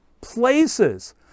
places